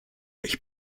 ich